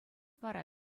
вара